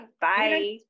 Bye